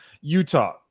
utah